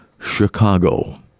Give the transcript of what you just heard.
Chicago